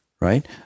right